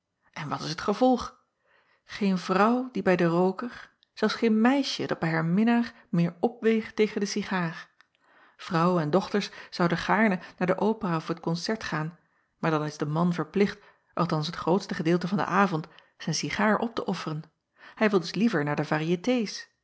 n wat is het gevolg een vrouw die bij den rooker zelfs geen meisje dat bij haar minnaar meer opweegt tegen den cigaar rouw en dochters zouden gaarne naar de opera of t koncert gaan maar dan is de man verplicht althans t grootste gedeelte van den avond zijn cigaar op te offeren hij wil dus liever naar de